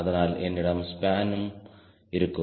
அதனால் என்னிடம் ஸ்பானும் இருக்கும்